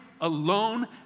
alone